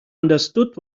understood